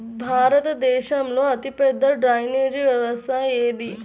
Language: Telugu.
భారతదేశంలో అతిపెద్ద డ్రైనేజీ వ్యవస్థ ఏది?